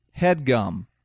HeadGum